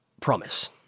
promise